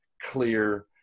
clear